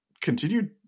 continued